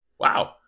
Wow